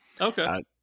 Okay